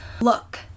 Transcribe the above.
Look